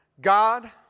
God